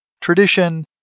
tradition